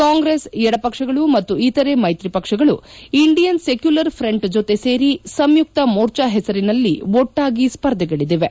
ಕಾಂಗ್ರೆಸ್ ಎಡಪಕ್ಷಗಳು ಮತ್ತು ಇತರೆ ಮೈತ್ರಿ ಪಕ್ಷಗಳು ಇಂಡಿಯನ್ ಸೆಕ್ಕುಲರ್ ಪ್ರಂಟ್ ಜೊತೆ ಸೇರಿ ಸಂಯುಕ್ತ ಮೋರ್ಚಾ ಪೆಸರಿನಲ್ಲಿ ಒಟ್ಟಾಗಿ ಸ್ಪರ್ಧಗಿಳಿದಿವೆ